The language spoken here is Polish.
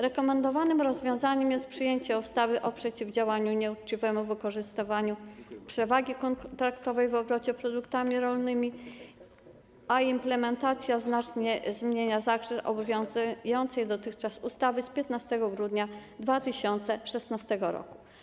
Rekomendowanym rozwiązaniem jest przyjęcie ustawy o przeciwdziałaniu nieuczciwemu wykorzystywaniu przewagi kontraktowej w obrocie produktami rolnymi, a implementacja znacznie zmienia zakres obowiązującej dotychczas ustawy z 15 grudnia 2016 r.